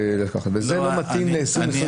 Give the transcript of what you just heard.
זה לא מתאים ל-2022.